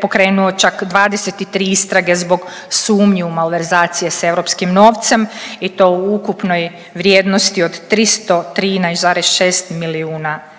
pokrenuo čak 23 istrage zbog sumnji u malverzacije s europskim novcem i to u ukupnoj vrijednosti od 313,6 milijuna eura.